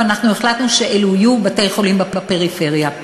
אבל החלטנו שאלה יהיו בתי-חולים בפריפריה.